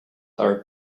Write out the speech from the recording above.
are